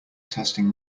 testing